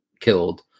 killed